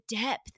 depth